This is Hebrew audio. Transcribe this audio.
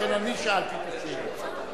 לכן, אני שאלתי את, זה לא משנה.